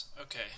okay